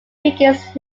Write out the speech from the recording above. biggest